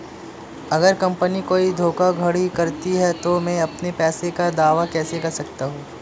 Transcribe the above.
अगर कंपनी कोई धोखाधड़ी करती है तो मैं अपने पैसे का दावा कैसे कर सकता हूं?